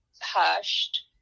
hushed